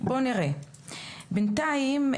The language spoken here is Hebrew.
בינתיים,